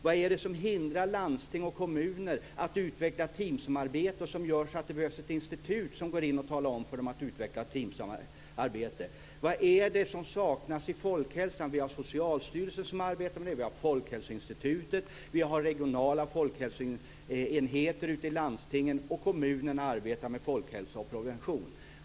Vad är det som hindrar landsting och kommuner att utveckla teamsamarbete och som gör att det behövs ett institut som går in och talar om att utveckla ett teamsamarbete? Vad är det som saknas i fråga om folkhälsan? Vi har ju Socialstyrelsen som arbetar med det området. Vi har också Folkhälsoinstitutet samt regionala folkhälsoenheter ute i landstingen, och kommunerna arbetar med folkhälsa och prevention.